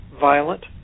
violent